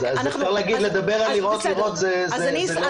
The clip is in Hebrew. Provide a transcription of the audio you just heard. אז אפשר לדבר על לראות, לראות זה לא באזור.